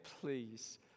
please